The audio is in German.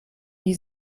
die